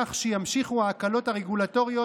כך שימשיכו ההקלות הרגולטוריות,